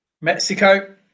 Mexico